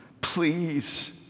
Please